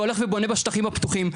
והולך ובונה בשטחים הפתוחים,